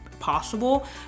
possible